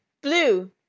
Blue